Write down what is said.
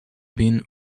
been